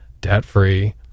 debt-free